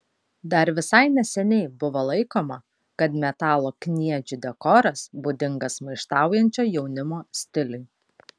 dar visai neseniai buvo laikoma kad metalo kniedžių dekoras būdingas maištaujančio jaunimo stiliui